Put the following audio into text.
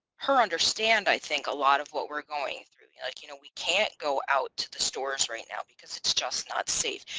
her understand i think a lot of what we're going. like you know we can't go out to the stores right now because it's just not safe.